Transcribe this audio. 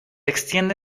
extiende